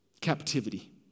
Captivity